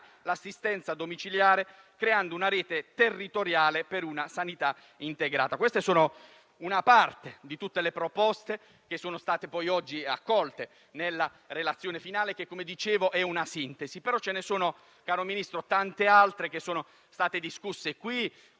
l'assistenza domiciliare, creando una rete territoriale per una sanità integrata. Questa è solo una parte di tutte le proposte che sono state oggi accolte nella relazione finale, che - come dicevo - è una sintesi. Però ce ne sono, caro Ministro, tante altre che sono state discusse qui